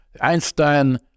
Einstein